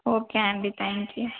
okay అండి thank you